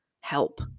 help